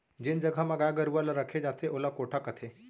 जेन जघा म गाय गरूवा ल रखे जाथे ओला कोठा कथें